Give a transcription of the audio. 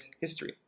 history